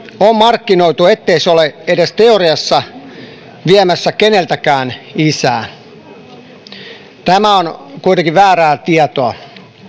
on markkinoitu niin ettei se ole edes teoriassa viemässä keneltäkään isää tämä on kuitenkin väärää tietoa